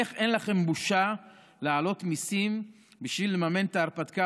איך אין לכם בושה להעלות מיסים בשביל לממן את ההרפתקה